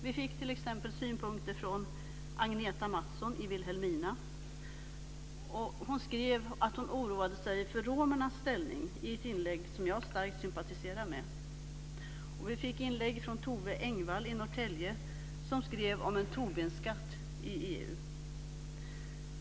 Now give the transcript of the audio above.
Vi fick synpunkter från t.ex. Agneta Mattsson i Vilhelmina. Hon skrev att hon oroade sig för romernas ställning i ett inlägg som jag starkt sympatiserade med. Och vi fick ett inlägg från Tove Engvall från Norrtälje som skrev om en Tobinskatt i EU.